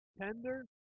tender